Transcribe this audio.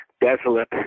desolate